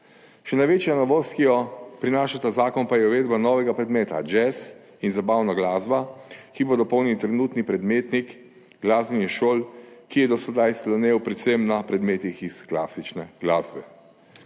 Še največja novost, ki jo prinaša ta zakon, pa je uvedba novega predmeta jazz in zabavna glasba, ki bo dopolnil trenutni predmetnik glasbenih šol, ki je do sedaj slonel predvsem na predmetih iz klasične glasbe.